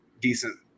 decent